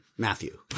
Matthew